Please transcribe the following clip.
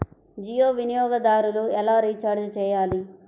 జియో వినియోగదారులు ఎలా రీఛార్జ్ చేయాలి?